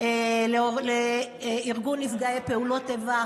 נרצח בנובה,